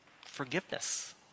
forgiveness